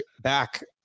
back